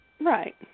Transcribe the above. Right